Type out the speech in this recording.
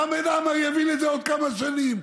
חמד עמאר יבין את זה בעוד כמה שנים.